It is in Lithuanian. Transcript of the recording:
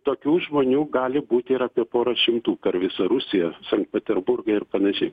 tokių žmonių gali būti ir apie pora šimtų per visą rusiją sankt peterburgą ir panašiai